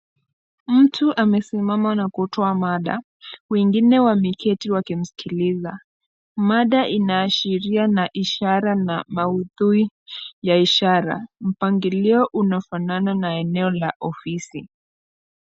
Mtu amesimama na kutoa mada na wengine wameketi wakimsikiliza, mada inaashiria na ishara na maudhui ya ishara mpangilio unafanana na eneo la ofisi.